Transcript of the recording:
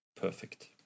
perfect